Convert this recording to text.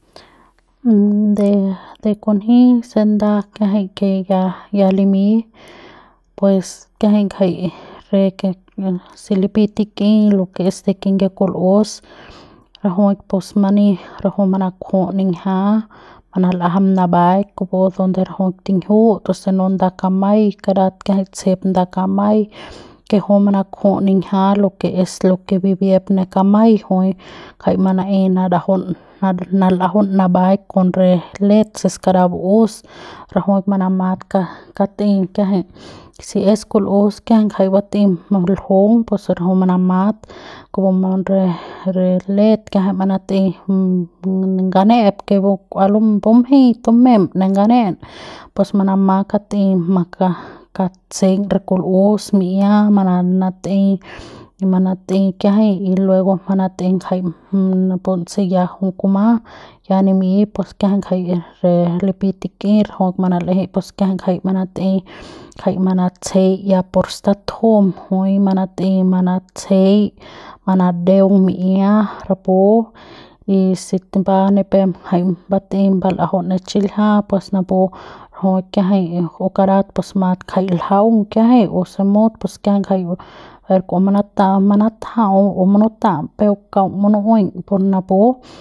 De de kunji se nda kiajay que ya limy pues kiajay ngajay re ke se lipi tik'y de que es de kinyie kul'os juy pus many juy manakju ninjia manal'ajam naba'aik kupu donde rajuik tinjiut o se no nda kamay karat kiajay tsejep nda kamay que juy mnaakju ninjia lo que es lo que bibiep ne kamay juy kjay mana'ey narajaun nal ajaun nabaik con re let se skaraja bu'us rajuik manamat kat'ey kiajay se es kul'us kiajay jay bat'ey ljung pus rajuik manamat kupu ma re let kiajay manat'ey nganep que kau bumjey kiajay tumem ne ngane'ep pus manama kat'ey makatseiñ re kul'os mi'ia manat'ey manat'ey kiajay y luego manat'ey kiajay pun se ya jui kuma ya nimi pus kiajay ngajay re lipy tik'i rajuik manal'eje pus kiajay jay manat'ey kjay manatsejey ya por statujum juy manat'ey manatsejey manadeung mi'ia rapu y se va nipep jay mbat'ey mbal'ajaun ne xiljia pues napu rajuik kiajay pus karat kajay mat ljaung kiajay o se mut pus kiajay ngajay kua manatajauo manuta'am o kaung munu'eiñ napu.